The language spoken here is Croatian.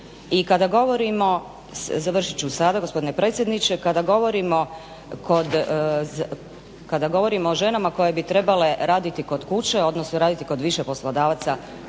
I kada govorimo, završit ću sada gospodine predsjedniče, kada govorimo o ženama koje bi trebale raditi kod kuće odnosno raditi kod više poslodavaca